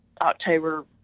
October